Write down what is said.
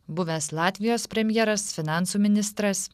buvęs latvijos premjeras finansų ministras